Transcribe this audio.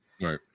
Right